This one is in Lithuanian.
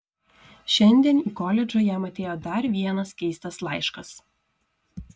šiandien į koledžą jam atėjo dar vienas keistas laiškas